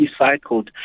recycled